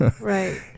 Right